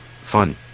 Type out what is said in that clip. fun